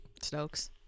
Stokes